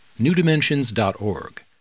newdimensions.org